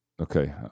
Okay